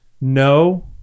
no